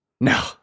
No